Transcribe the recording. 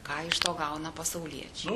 ką iš to gauna pasauliečiai